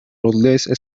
less